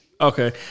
Okay